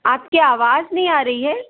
आपकी आवाज़ नहीं आ रही है